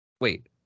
wait